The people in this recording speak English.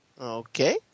Okay